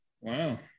Wow